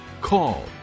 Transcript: call